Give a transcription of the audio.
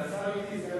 אבל סגן השר אתי.